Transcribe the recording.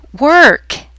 work